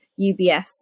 UBS